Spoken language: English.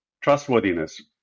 Trustworthiness